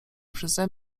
przeze